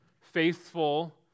faithful